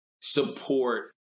support